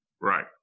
right